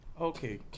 Okay